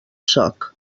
sóc